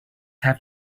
have